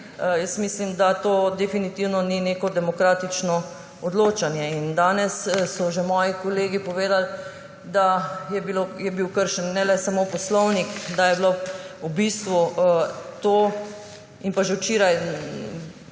ve, mislim, da to definitivno ni neko demokratično odločanje. Danes so že moji kolegi povedali, da je bil ne le kršen poslovnik, da je bilo to že včeraj,